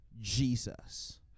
jesus